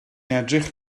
edrych